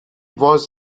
was